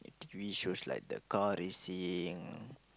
T_V shows like the car racing